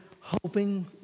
hoping